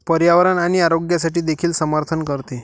पर्यावरण आणि आरोग्यासाठी देखील समर्थन करते